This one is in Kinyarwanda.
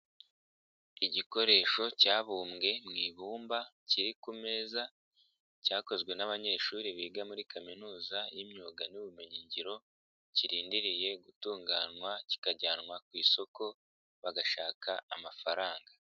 Igikoresho cyabumbwe mu ibumba kiri ku meza cyakozwe n'abanyeshuri biga muri kaminuza y'imyuga n'ubumenyingiro kirindiriye gutunganywa kikajyanwa ku isoko bagashaka amafaranga.